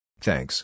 Thanks